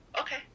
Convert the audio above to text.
Okay